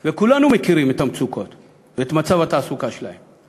וכולנו מכירים את המצוקות ואת מצב התעסוקה שלהם.